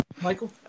Michael